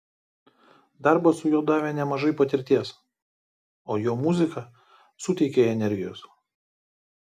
darbas su juo davė nemažai patirties o jo muzika suteikia energijos